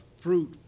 fruit